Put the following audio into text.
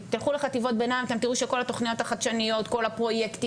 אנחנו בונים את זה ביחד,